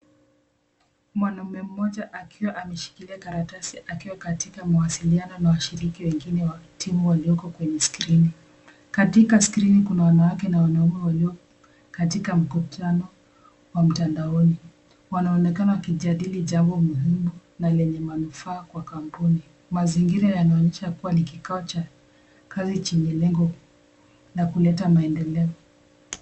Mwanaume mmoja akiwa ameshikilia karatasi akiwa katika mawasiliano na washiriki wengine wa timu walioko kwenye skrini , katika skrini kuna wanawake na wanaume walioko katika mkutano wa mtandaoni wanaonekana wakijadili jambo muhimu na lenye manufaa kwa kampuni. Mazingira yanaonyesha kuwa ni kikao cha kazi chenye lengo la kuleta maendeleo.